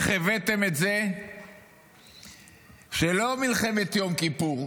איך הבאתם את זה שלא על מלחמת יום כיפור,